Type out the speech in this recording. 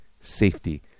safety